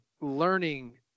learning